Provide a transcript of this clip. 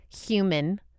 human